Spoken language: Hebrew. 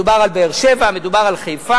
מדובר על באר-שבע, מדובר על חיפה,